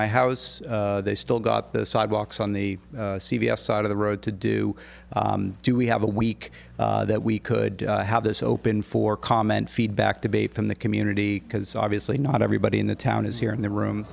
my house they still got the sidewalks on the c b s side of the road to do do we have a week that we could have this open for comment feedback to be from the community because obviously not everybody in the town is here in the room